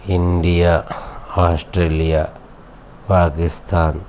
India Australia Pakistan